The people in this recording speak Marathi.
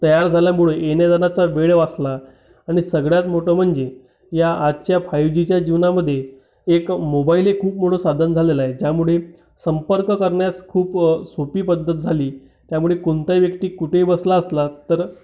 तयार झाल्यामुळे येण्याजाण्याचा वेळ वाचला आणि सगळ्यात मोठं म्हणजे या आजच्या फाईव्ह जीच्या जीवनामध्ये एक मोबाईल एक खूप मोठं साधन झालेलं आहे ज्यामुळे संपर्क करण्यास खूप सोपी पद्धत झाली त्यामुळे कोणताही व्यक्ती कुठेही बसला असला तर